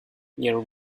your